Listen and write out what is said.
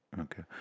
okay